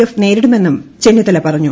F നേരിടുമെന്നും ചെന്നിത്തല പറഞ്ഞു